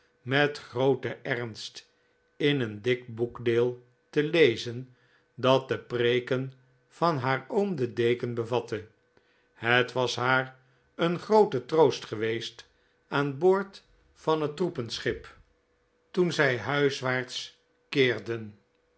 met grooten ernst in een dik boekdeel te lezen dat de preeken van haar oom den deken bevatte het was haar een groote troost geweest aan boord van het transportschip toen zij huiswaarts keerden